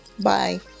Bye